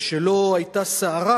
ושלא היתה סערה,